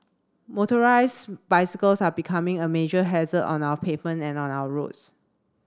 motorised bicycles are becoming a major hazard on our pavement and on our roads